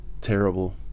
terrible